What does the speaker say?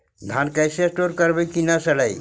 धान कैसे स्टोर करवई कि न सड़ै?